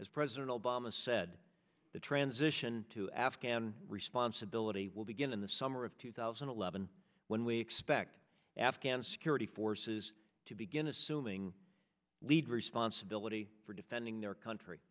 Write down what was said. as president obama said the transition to afghan response ability will begin in the summer of two thousand and eleven when we expect afghan security forces to begin assuming lead responsibility for defending their country